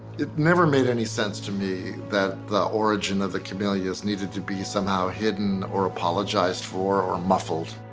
it never made any sense to me that the origin of the camellias needed to be somehow hidden, or apologized for, or muffled.